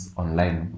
online